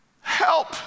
help